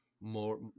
more